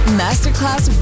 masterclass